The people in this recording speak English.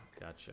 Gotcha